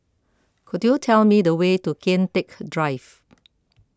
could you tell me the way to Kian Teck Drive